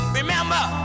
remember